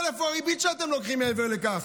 אבל איפה הריבית שאתם לוקחים מעבר לכך?